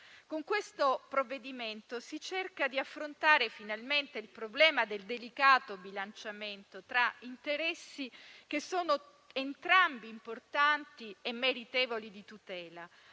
Con questo provvedimento si cerca di affrontare finalmente il problema del delicato bilanciamento tra interessi, entrambi importanti e meritevoli di tutela: